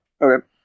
Okay